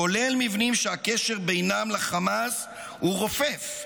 כולל מבנים שהקשר בינם לחמאס הוא רופף,